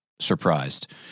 surprised